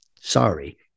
Sorry